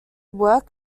work